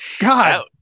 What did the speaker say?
god